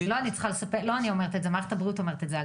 לא אני אומרת את זה, מערכת הבריאות אומרת את זה.